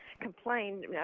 complained